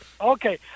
Okay